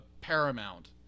paramount